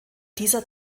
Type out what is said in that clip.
dieser